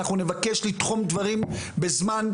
אנחנו נבקש לתחום דברים בזמן,